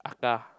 Aka